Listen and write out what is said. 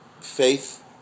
faith